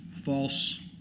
false